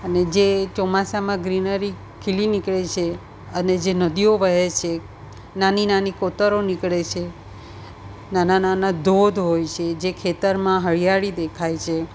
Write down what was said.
અને જે ચોમાસામાં ગ્રીનરી ખીલી નીકળે છે અને જે નદીઓ વહે છે નાની નાની કોતરો નીકળે છે નાના નાના ધોધ હોય છે જે ખેતરમાં હરિયાળી દેખાય છે